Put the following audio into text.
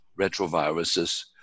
retroviruses